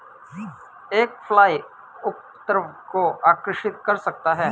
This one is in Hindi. एक फ्लाई उपद्रव को आकर्षित कर सकता है?